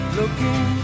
looking